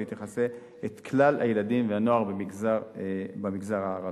והיא תכסה את כל הילדים והנוער במגזר הערבי.